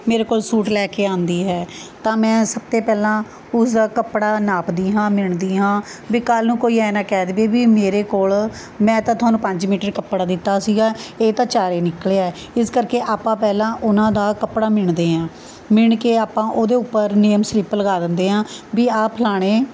ਮੇਰੇ ਕੋਲ ਸੂਟ ਲੈ ਕੇ ਆਉਂਦੀ ਹੈ ਤਾਂ ਮੈਂ ਸਭ ਤੇ ਪਹਿਲਾਂ ਉਸ ਦਾ ਕੱਪੜਾ ਨਾਪਦੀ ਹਾਂ ਮਿਣਦੀ ਹਾਂ ਵੀ ਕੱਲ੍ਹ ਨੂੰ ਕੋਈ ਐ ਨਾ ਕਹਿ ਦੇਵੇ ਵੀ ਮੇਰੇ ਕੋਲ ਮੈਂ ਤਾਂ ਤੁਹਾਨੂੰ ਪੰਜ ਮੀਟਰ ਕੱਪੜਾ ਦਿੱਤਾ ਸੀਗਾ ਇਹ ਤਾਂ ਚਾਰ ਏ ਨਿਕਲਿਆ ਇਸ ਕਰਕੇ ਆਪਾਂ ਪਹਿਲਾਂ ਉਹਨਾਂ ਦਾ ਕੱਪੜਾ ਮਿਣਦੇ ਹਾਂ ਮਿਣ ਕੇ ਆਪਾਂ ਉਹਦੇ ਉੱਪਰ ਨੇਮ ਸਲਿੱਪ ਲਗਾ ਦਿੰਦੇ ਹਾਂ ਵੀ ਆਹ ਫਲਾਣੇ